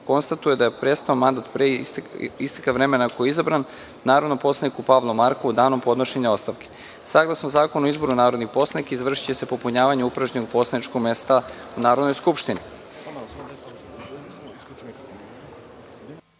konstatuje da je prestao mandat pre isteka vremena za koji je izabran narodnom poslaniku Pavlu Markovu danom podnošenja ostavke. Saglasno Zakonu o izboru narodnih poslanika, izvršiće se popunjavanje upražnjenog poslaničkog mesta u Narodnoj skupštini. Poštovani